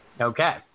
Okay